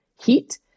heat